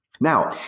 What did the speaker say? Now